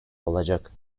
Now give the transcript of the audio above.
olacak